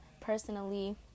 personally